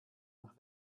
nach